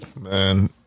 Man